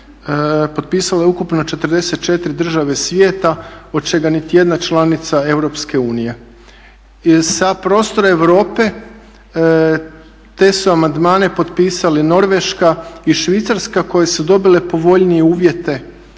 potpisalo je ukupno 44 države svijeta od čega niti jedna članica EU. Sa prostora Europe te su amandmane potpisali Norveška i Švicarska koje su dobile povoljnije uvjete,